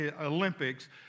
Olympics